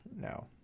no